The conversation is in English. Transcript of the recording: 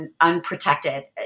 unprotected